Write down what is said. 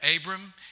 Abram